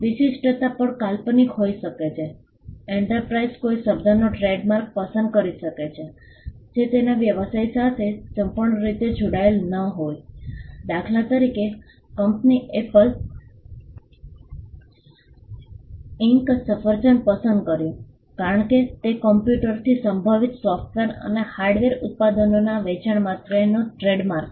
વિશિષ્ટતા પણ કાલ્પનિક હોઈ શકે છે એન્ટરપ્રાઇઝ કોઈ શબ્દનો ટ્રેડમાર્ક પસંદ કરી શકે છે જે તેના વ્યવસાય સાથે સંપૂર્ણ રીતે જોડાયેલ ન હોય દાખલા તરીકે કંપની એપલ ઇંન્ક સફરજન પસંદ કર્યું કારણ કે તે કમ્પ્યુટરથી સંબંધિત સોફ્ટવેર અને હાર્ડવેર ઉત્પાદનોના વેચાણ માટેનો ટ્રેડમાર્ક છે